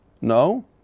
No